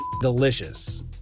delicious